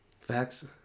Facts